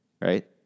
right